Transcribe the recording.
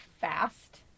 fast